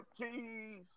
cheese